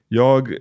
jag